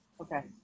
Okay